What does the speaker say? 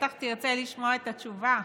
בטח תרצה לשמוע את התשובה,